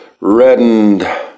reddened